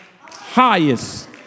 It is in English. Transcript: highest